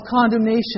condemnation